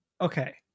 okay